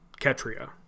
ketria